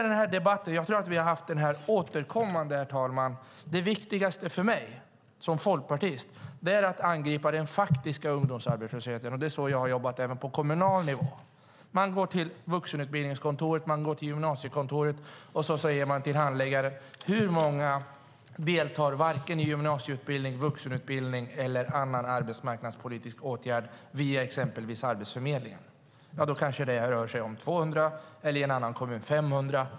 Den här debatten har vi haft återkommande. Det viktigaste för mig som folkpartist är att angripa den faktiska ungdomsarbetslösheten. Så har jag jobbat även på kommunal nivå. Man går till vuxenutbildningskontoret eller till gymnasiekontoret och frågar handläggaren hur många det är som inte deltar i vare sig gymnasieutbildning, vuxenutbildning eller annan arbetsmarknadspolitiskt åtgärd, exempelvis via Arbetsförmedlingen. Det har då kanske rört sig om 200 eller 500.